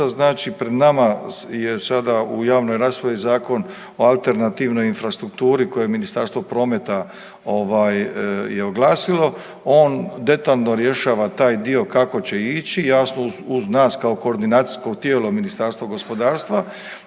znači pred nama je sada u javnoj raspravi Zakon o alternativnoj infrastrukturi koje Ministarstvo prometa ovaj je oglasilo. On detaljno rješava taj dio kako će ići, jasno uz nas kao koordinacijsko tijelo Ministarstvo gospodarstva.